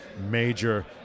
Major